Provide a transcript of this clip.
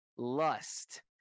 Lust